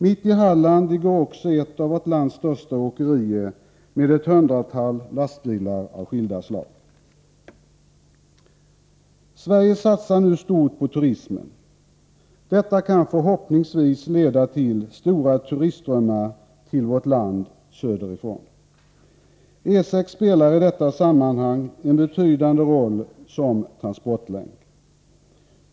Mitt i Halland ligger också ett av vårt lands största åkerier med ett hundratal lastbilar av skilda slag. Sverige satsar nu stort på turismen. Detta kan förhoppningsvis leda till stora turistströmmar söderifrån till vårt land. E 6 spelar i detta sammanhang en betydande roll som transportlänk.